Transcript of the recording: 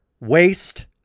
waste